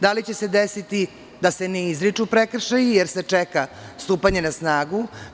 Da li će se desiti da se ne izriču prekršaji jer se čeka stupanje na snagu?